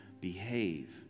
behave